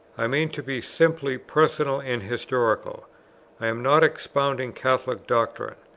i mean to be simply personal and historical i am not expounding catholic doctrine,